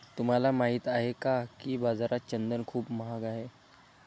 तुम्हाला माहित आहे का की बाजारात चंदन खूप महाग आहे?